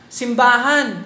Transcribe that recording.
simbahan